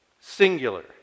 singular